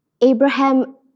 Abraham